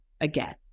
again